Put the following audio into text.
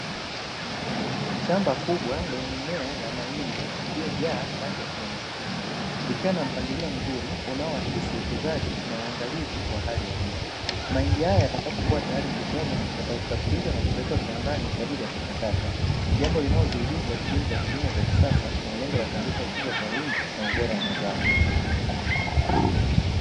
Shamba kubwa lenye mimea ya mahindi iliyojaa rangi ya kijani kibichi, ikiwa na mpangilio mzuri unaoakisi uwekezaji na uangalizi wa hali ya juu , mahindi haya yatakapo kuwa tayari kuvunwa yatasafiriswa na kupelekwa kiwandani kwa ajili ya kuchakatwa, jambo linalodhihirisha shughuli za kilimo cha kisasa chenye lengo la kuongeza tija kwa wingi na ubora wa mazao.